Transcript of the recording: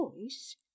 voice